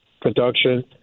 production